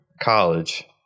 college